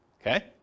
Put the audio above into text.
Okay